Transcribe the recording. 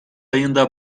ayında